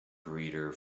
greater